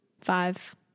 Five